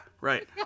right